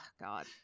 God